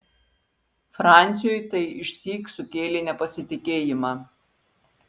franciui tai išsyk sukėlė nepasitikėjimą